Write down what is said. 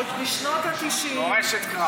עוד בשנות ה-90, מורשת קרב.